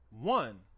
One